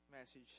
message